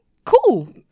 cool